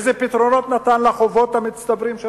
איזה פתרונות נתן לחובות המצטברים של